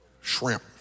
Shrimp